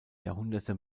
jahrhunderte